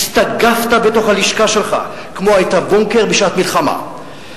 הסתגפת בתוך הלשכה שלך כמו היתה בונקר בשעת מלחמה,